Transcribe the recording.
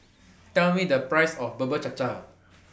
Tell Me The Price of Bubur Cha Cha